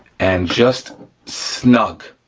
and just snug,